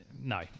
No